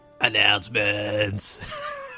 Announcements